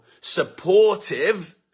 supportive